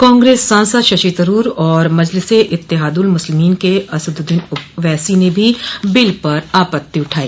कांग्रेस सांसद शशि थरूर और मजलिसे इत्तेहादुल मुस्लिमीन के असदुद्दीन ओवैसी ने भी बिल पर आपत्ति उठाई